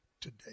today